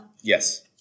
Yes